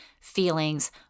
feelings